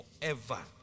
forever